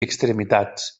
extremitats